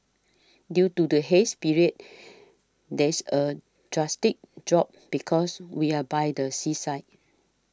due to the haze period there's a drastic drop because we are by the seaside